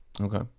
Okay